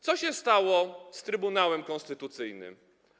Co się stało z Trybunałem Konstytucyjnym?